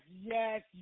yes